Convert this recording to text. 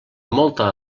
molta